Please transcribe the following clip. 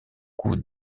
coups